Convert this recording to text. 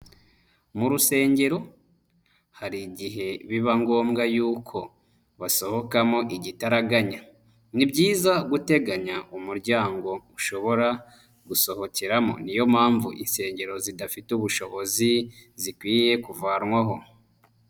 Mu rusengero hari igihe biba ngombwa yuko basohokamo igitaraganya. Ni byiza guteganya umuryango ushobora gusohokeramo. Niyo mpamvu insengero zidafite ubushobozi, zikwiye kuvanwaho.